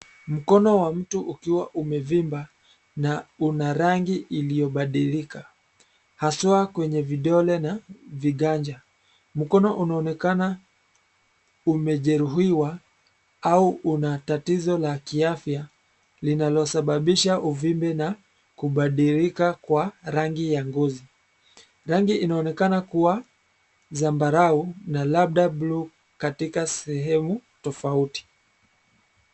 Mkono wa mtu ukiwa umevimba na una rangi iliyobadilika haswa kwenye vidole na viganja. Mkono unaonekana umejeruhiwa au una tatizo la kiafya linalosababisha uvimbe na kubadilika kwa rangi ya ngozi. Rangi inaonekana kuwa zambarau na labda blue katika sehemu tofauti.